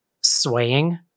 swaying